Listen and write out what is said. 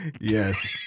Yes